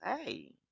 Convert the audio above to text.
hey